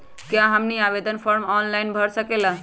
क्या हमनी आवेदन फॉर्म ऑनलाइन भर सकेला?